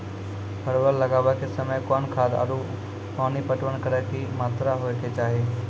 परवल लगाबै के समय कौन खाद आरु पानी पटवन करै के कि मात्रा होय केचाही?